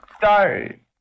sorry